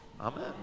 Amen